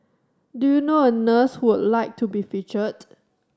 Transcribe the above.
do you know a nurse who would like to be featured